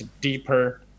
deeper